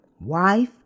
wife